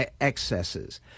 excesses